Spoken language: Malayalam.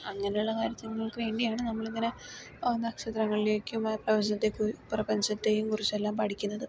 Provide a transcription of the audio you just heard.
അങ്ങനെയുള്ള കാര്യത്തിങ്ങൾക്ക് വേണ്ടിയാണ് നമ്മളിങ്ങനെ നക്ഷത്രങ്ങളിലേക്കും പ്രപഞ്ചത്തേക്കും പ്രപഞ്ചത്തേയും കുറിച്ച് എല്ലാം പഠിക്കുന്നത്